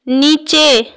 নিচে